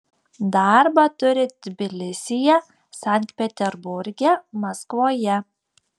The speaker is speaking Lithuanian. darbą turi tbilisyje sankt peterburge maskvoje